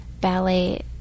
ballet